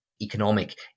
economic